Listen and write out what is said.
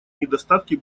недостатки